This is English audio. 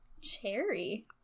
Cherry